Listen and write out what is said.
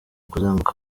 kuzenguruka